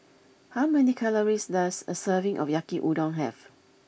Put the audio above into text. how many calories does a serving of Yaki Udon have